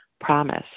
promise